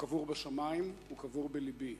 הוא קבור בשמים, הוא קבור בלבי.